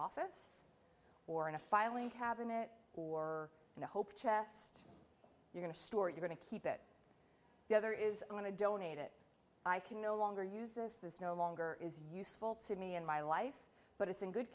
office or in a filing cabinet or in the hope chest you going to store you're going to keep it the other is going to donate it i can no longer use this this no longer is useful to me in my life but it's in good